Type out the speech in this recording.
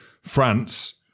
France